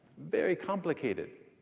very complicated.